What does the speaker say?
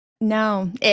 No